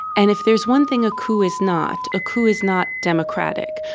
and if there's one thing a coup is not, a coup is not democratic.